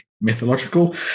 mythological